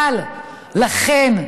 אבל לכן,